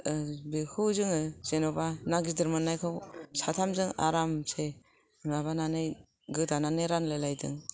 बिखौ जोङो जेन'बा ना गिदिर मोननायखौ साथामजों आरामसे माबानानै गोदानानै रानलायलायदों